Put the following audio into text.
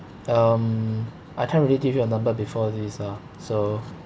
um I can't really give you a number before this ah so